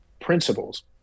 principles